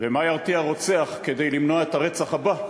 ומה שירתיע רוצח, כדי למנוע את הרצח הבא,